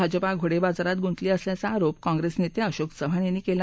भाजपा घोडेबाजारात गुंतली असल्याचा आरोप काँप्रेस नेते अशोक चव्हाण यांनी केला